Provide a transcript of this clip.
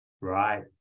Right